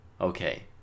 okay